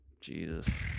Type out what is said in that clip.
Jesus